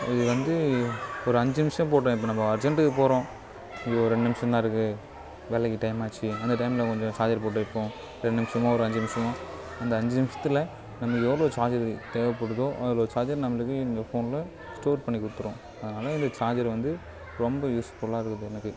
இது வந்து ஒரு அஞ்சு நிமிஷம் போட்டோம் இப்போ நம்ம அர்ஜன்டுக்கு போகிறோம் இன்னும் ஒரு ரெண்டு நிமிஷம்தான் இருக்குது வேலைக்கு டைம் ஆச்சு அந்த டைமில் கொஞ்சம் சார்ஜர் போட்டு வைப்போம் ரெண்டு நிமிஷமோ ஒரு அஞ்சு நிமிஷமோ அந்த அஞ்சு நிமிஷத்தில் நமக்கு எவ்வளோ சார்ஜர் தேவைபடுதோ அவ்வளோ சார்ஜரு நம்மளுக்கு இந்த ஃபோனில் ஸ்டோர் பண்ணி கொடுத்துடும் அதனால இந்த சார்ஜர் வந்து ரொம்ப யூஸ் ஃபுல்லாக இருக்குது எனக்கு